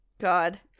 God